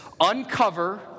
Uncover